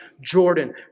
Jordan